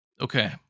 Okay